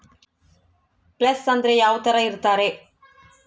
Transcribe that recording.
Place ಅಂದ್ರೆ ಯಾವ್ತರ ಇರ್ತಾರೆ?